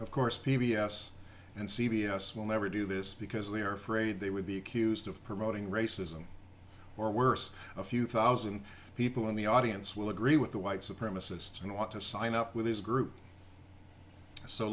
of course p b s and c b s will never do this because they are afraid they would be accused of promoting racism or worse a few thousand people in the audience will agree with the white supremacists and want to sign up with this group so